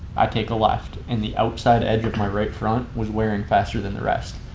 i take a left. and the outside edge of my right front was wearing faster than the rest